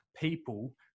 people